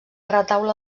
retaule